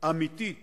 אמיתית